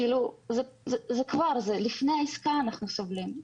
כבר לפני העסקה אנחנו סובלים.